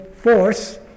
force